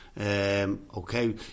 okay